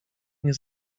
nie